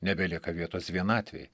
nebelieka vietos vienatvei